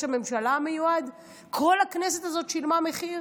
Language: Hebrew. הממשלה המיועד כל הכנסת הזאת שילמה מחיר?